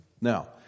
Now